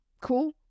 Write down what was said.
cool